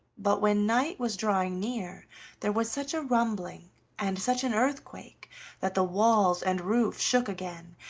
but when night was drawing near there was such a rumbling and such an earthquake that the walls and roof shook again,